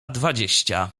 dwadzieścia